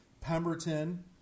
Pemberton